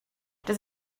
does